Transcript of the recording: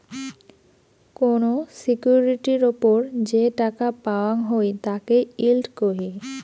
কোন সিকিউরিটির ওপর যে টাকা পাওয়াঙ হই তাকে ইল্ড কহি